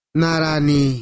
narani